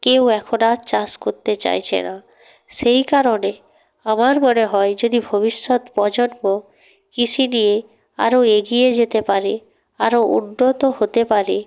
কেউ এখন আর চাষ করতে চাইছে না সেই কারণে আমার মনে হয় যদি ভবিষ্যৎ প্রজন্ম কৃষি নিয়ে আরো এগিয়ে যেতে পারে আরো উন্নত হতে পারে